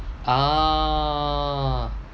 ah